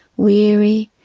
weary,